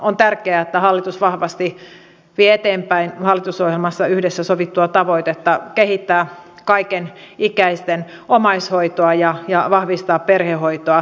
on tärkeää että hallitus vahvasti vie eteenpäin hallitusohjelmassa yhdessä sovittua tavoitetta kehittää kaikenikäisten omaishoitoa ja vahvistaa perhehoitoa